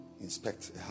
inspect